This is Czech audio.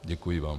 Děkuji vám.